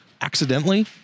accidentally